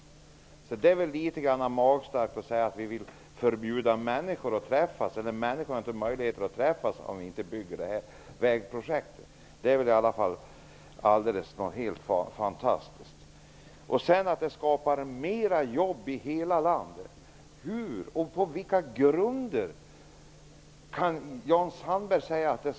Det är alltså litet väl magstarkt att säga att människor inte har möjlighet att träffas om vägprojektet inte genomförs. Det är helt fantastiskt. Jan Sandberg säger att de här projekten skapar mer jobb i hela landet. På vilka grunder kan Jan Sandberg säga det?